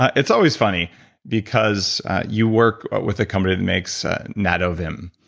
it's always funny because you work with the company that makes nadovim,